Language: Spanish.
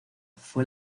fue